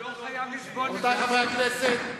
הוא לא חייב לסבול מזה, רבותי, חברי הכנסת.